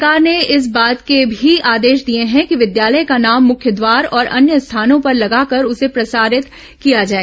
सरकार ने इस बात के भी आदेश दिए हैं कि विद्यालय का नाम मुख्यद्वार और अन्य स्थानों पर लगाकर उसे प्रचारित भी किया जाए